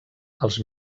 els